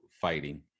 fighting